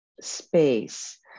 space